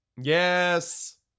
yes